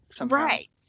Right